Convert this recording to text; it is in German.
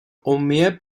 homer